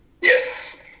Yes